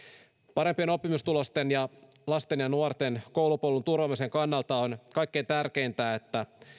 parempien oppimistulosten ja lasten ja nuorten koulupolun turvaamisen kannalta on kaikkein tärkeintä että